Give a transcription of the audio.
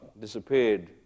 disappeared